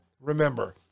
Remember